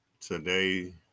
today